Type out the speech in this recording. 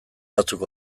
batzuk